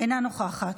אינה נוכחת,